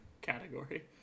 category